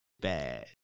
bad